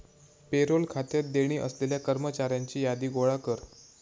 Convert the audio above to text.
payroll खात्यात देणी असलेल्या कर्मचाऱ्यांची यादी गोळा कर